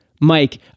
Mike